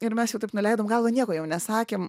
ir mes jau taip nuleidom galvą nieko jau nesakėm